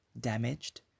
damaged